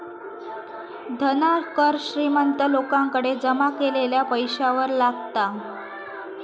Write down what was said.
धन कर श्रीमंत लोकांकडे जमा केलेल्या पैशावर लागता